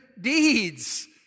deeds